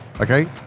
okay